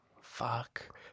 Fuck